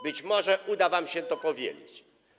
Być może uda wam się to powielić.